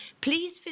Please